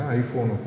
iPhone